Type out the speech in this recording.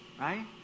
right